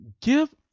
Give